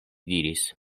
diris